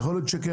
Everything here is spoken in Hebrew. יכול להיות שכן,